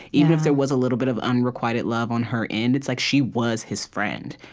even if there was a little bit of unrequited love on her end, it's like, she was his friend,